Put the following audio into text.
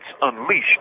unleashed